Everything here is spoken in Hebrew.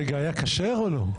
רגע, היה כשר או לא?